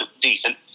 decent